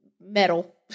Metal